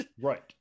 right